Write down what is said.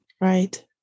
Right